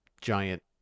giant